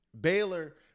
Baylor